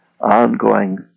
ongoing